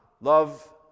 love